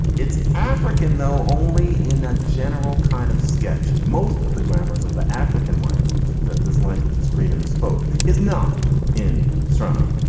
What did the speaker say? it's african, though only in a general kind of sketch. most of the grammars of the african languages that this language is creator spoke is not in sharana.